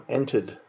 entered